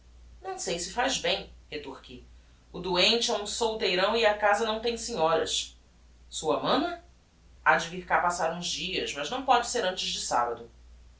não sei se faz bem retorqui o doente é um solteirão e a casa não tem senhoras sua mana ha de vir cá passar uns dias mas não póde ser antes de sabbado